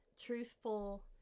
truthful